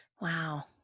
Wow